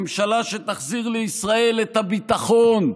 ממשלה שתחזיר לישראל את הביטחון,